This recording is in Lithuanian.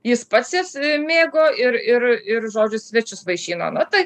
jis pats jas mėgo ir ir ir žodžius svečius vaišino na tai